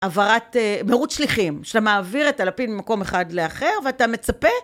העברת.. מירוץ שליחים שאתה מעביר את הלפיד ממקום אחד לאחר ואתה מצפה